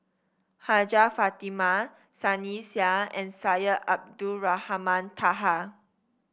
Hajjah Fatimah Sunny Sia and Syed Abdulrahman Taha